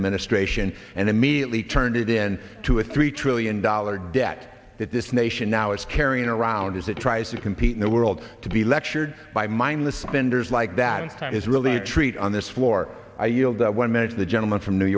administration and immediately turned it in to a three trillion dollar debt that this nation now is carrying around as it tries to compete in the world to be lectured by mind the spenders like that is really a treat on this floor i yield when manage the gentleman from new